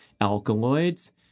alkaloids